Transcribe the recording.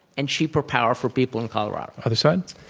and cheaper power for people in colorado. other side?